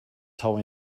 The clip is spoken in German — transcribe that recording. tau